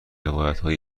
روایتهای